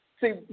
See